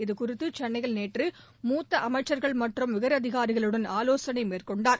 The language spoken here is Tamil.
இதுகுறித்து சென்னையில் நேற்று மூத்த அளமச்சர்கள் மற்றும் உயர் அதிகாரிகளுடன் ஆலோசனை மேற்கொண்டார்